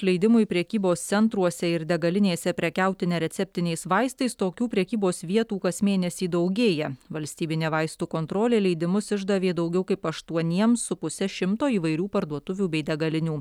leidimui prekybos centruose ir degalinėse prekiauti nereceptiniais vaistais tokių prekybos vietų kas mėnesį daugėja valstybinė vaistų kontrolė leidimus išdavė daugiau kaip aštuoniems su puse šimto įvairių parduotuvių bei degalinių